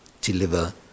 deliver